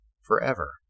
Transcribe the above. forever